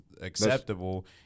acceptable